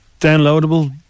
downloadable